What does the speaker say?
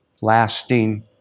lasting